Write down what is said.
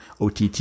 OTT